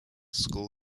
school